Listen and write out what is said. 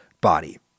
body